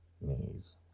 knees